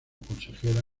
consejera